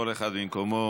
כל אחד במקומו.